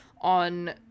on